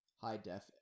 high-def